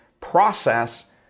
process